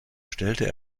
stellte